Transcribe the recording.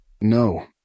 No